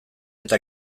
eta